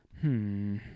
Hmm